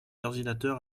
ordinateur